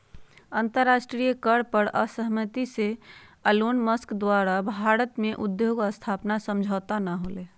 अंतरराष्ट्रीय कर पर असहमति से एलोनमस्क द्वारा भारत में उद्योग स्थापना समझौता न होलय